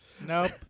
Nope